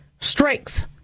strength